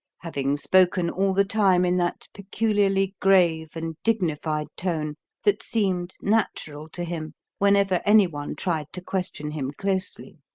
having spoken all the time in that peculiarly grave and dignified tone that seemed natural to him whenever any one tried to question him closely.